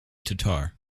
tatar